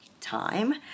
time